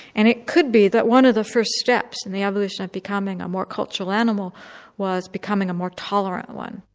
and it could be that one of the first steps in the evolution of becoming a more cultural animal was becoming a more tolerant one.